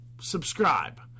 subscribe